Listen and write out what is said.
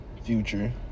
Future